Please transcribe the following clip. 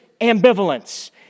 ambivalence